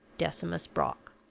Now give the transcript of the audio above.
decimus brock.